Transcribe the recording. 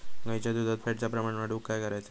गाईच्या दुधात फॅटचा प्रमाण वाढवुक काय करायचा?